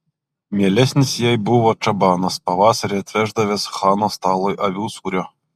mielesnis jai buvo čabanas pavasarį atveždavęs chano stalui avių sūrio